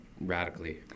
radically